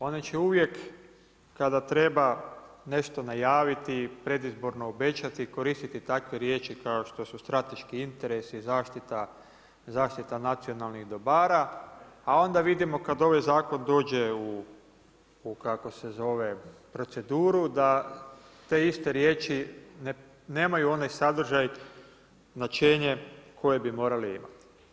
One će uvijek kada treba nešto najaviti, predizborno obećati, koristiti takve riječi kao što su strateški interesi, zaštita nacionalnih dobara, a onda vidimo kad ovaj zakon dođe u kako se zove proceduru da te iste riječi nemaju onaj sadržaj, značenje koje bi morali imati.